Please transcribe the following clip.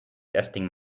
testing